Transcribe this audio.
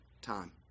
time